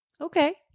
Okay